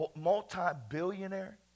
multi-billionaire